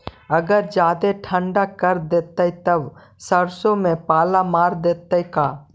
अगर जादे ठंडा कर देतै तब सरसों में पाला मार देतै का?